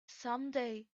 someday